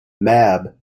mab